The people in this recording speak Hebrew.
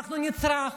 אנחנו נצרח,